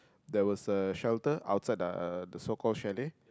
there was a shelter outside uh the so called chalet